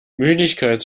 müdigkeit